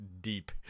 deep